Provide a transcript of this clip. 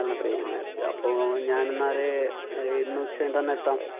അപ്പോൾ ഞാൻ എന്നാൽ ഇന്ന് ഉച്ച കഴിഞ്ഞിട്ട് ഒന്ന് എത്താം